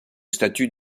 statue